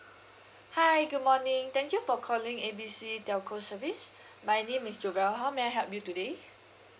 hi good morning thank you for calling A B C telco service my name is jobelle how may I help you today